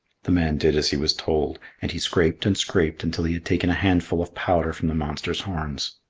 the man did as he was told, and he scraped and scraped until he had taken a handful of powder from the monster's horns.